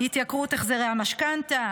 התייקרות החזרי המשכנתא,